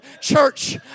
church